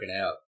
out